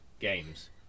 games